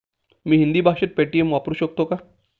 मी हिंदी भाषेत पेटीएम वापरू शकतो का?